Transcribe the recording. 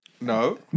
No